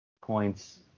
points